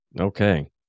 Okay